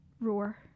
Roar